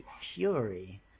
fury